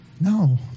No